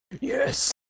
Yes